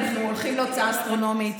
אנחנו הולכים להוצאה אסטרונומית,